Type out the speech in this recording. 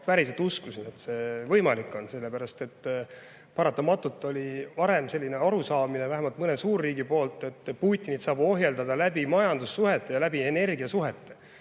päriselt uskusin, et see võimalik on. Sellepärast et paratamatult oli varem selline arusaamine, vähemalt mõnel suurriigil, et Putinit saab ohjeldada majandussuhete, sealhulgas energiasuhete